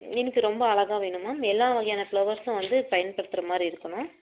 எனக்கு ரொம்ப அழகாக வேணும் மேம் எல்லா வகையான ஃப்ளவர்ஸும் வந்து பயன்படுத்துகிற மாதிரி இருக்கணும்